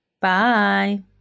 Bye